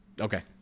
okay